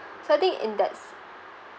so I think in that s~